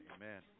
Amen